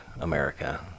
America